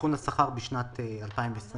עדכון השכר בשנת 2022